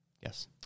Yes